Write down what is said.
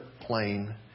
plane